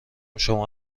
شما